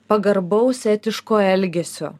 pagarbaus etiško elgesio